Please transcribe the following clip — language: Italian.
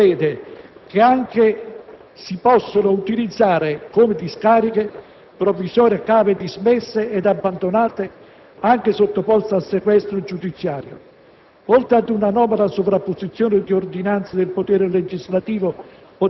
Inoltre, l'articolo 2, al comma 1, prevede anche che si possono utilizzare come discariche provvisorie cave dismesse ed abbandonate, anche sottoposte a sequestro giudiziario.